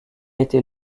été